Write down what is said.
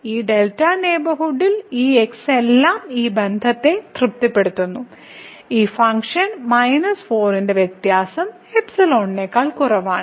ഈ δ നെയ്ബർഹുഡിൽ ഈ x എല്ലാം ഈ ബന്ധത്തെ തൃപ്തിപ്പെടുത്തുന്നു ഈ ഫംഗ്ഷൻ മൈനസ് 4 ന്റെ വ്യത്യാസം നേക്കാൾ കുറവാണ്